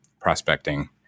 prospecting